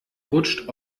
rutscht